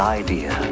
idea